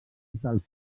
del